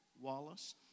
Wallace